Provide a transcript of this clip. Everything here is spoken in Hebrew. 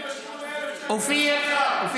28,000 שקל, בזכותך.